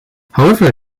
however